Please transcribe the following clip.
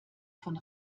von